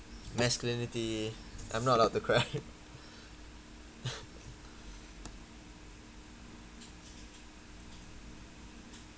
masculinity I'm not allowed to cry